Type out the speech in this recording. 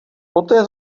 poté